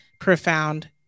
profound